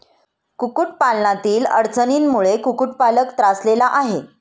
कुक्कुटपालनातील अडचणींमुळे कुक्कुटपालक त्रासलेला आहे